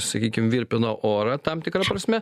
sakykim virpina orą tam tikra prasme